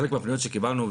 חלק מהפניות שקיבלנו,